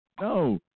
No